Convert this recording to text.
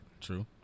true